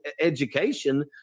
education